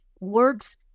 Works